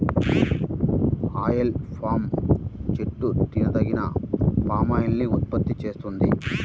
oil palm చెట్టు తినదగిన palm oil ని ఉత్పత్తి చేస్తుంది